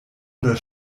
oder